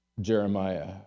Jeremiah